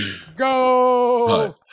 go